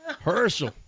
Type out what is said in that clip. Herschel